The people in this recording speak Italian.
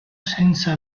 senza